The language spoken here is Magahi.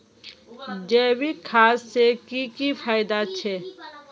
जैविक खाद से की की फायदा छे?